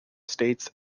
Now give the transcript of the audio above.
states